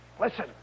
Listen